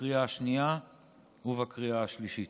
בקריאה השנייה ובקריאה השלישית.